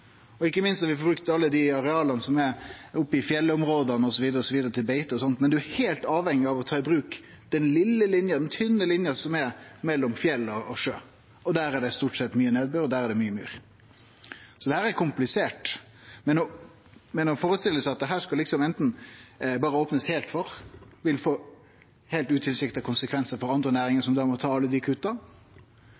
ikkje minst om vi får brukt alle dei areala som er oppe i fjellområda osv. til beite. Men ein er heilt avhengig av å ta i bruk den tynne linja som finst mellom fjella og sjøen, og der er det stort sett mykje nedbør, og der er det mykje myr. Så dette er komplisert. Men å førestille seg at dette anten berre skal opnast heilt for, som vil få heilt utilsikta konsekvensar for andre næringar